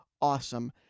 awesome